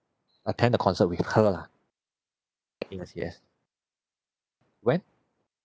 attend a concert with her lah I think as yes when